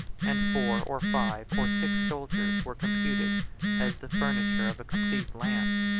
and four, or five, or six soldiers were computed as the furniture of a complete lance.